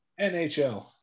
NHL